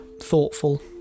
thoughtful